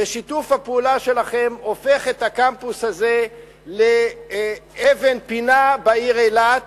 ושיתוף הפעולה שלכם הופך את הקמפוס הזה לאבן פינה בעיר אילת